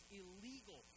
illegal